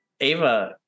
ava